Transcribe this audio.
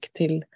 till